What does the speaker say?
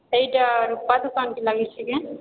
ଏଇଟା ରୂପା ଦୋକାନ୍ କେ ଲାଗିଛି କି